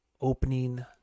opening